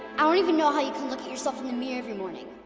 i don't even know how you can look at yourself in the mirror every morning.